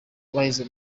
baheze